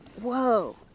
Whoa